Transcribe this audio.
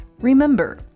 remember